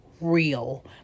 real